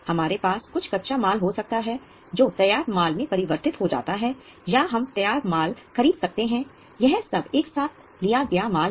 हमारे पास कुछ कच्चा माल हो सकता है जो तैयार माल में परिवर्तित हो जाता है या हम तैयार माल खरीद सकते हैं यह सब एक साथ लिया गया माल है